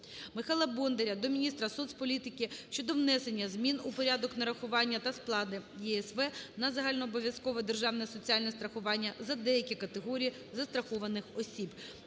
Михайла Бондаря до міністрасоцполітики щодо внесення змін у порядок нарахування та сплати ЄСВ на загальнообов'язковедержавне соціальне страхування за деякі категорії застрахованих осіб.